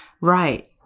Right